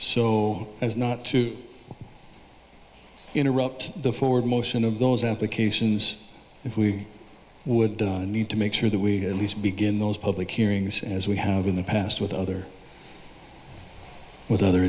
so as not to interrupt the forward motion of those applications if we would need to make sure that we at least begin those public hearings as we have in the past with other with other